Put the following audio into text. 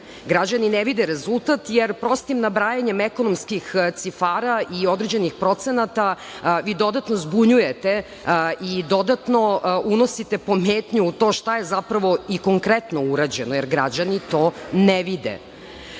vide. Građani ne vide rezultat, jer prostim nabrajanjem ekonomskih cifara i određenih procenata, vi dodatno zbunjujete i dodatno unosite pometnju u to šta je zapravo i konkretno urađeno, jer građani to ne vide. Mogu